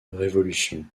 révolution